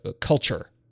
culture